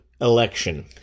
Election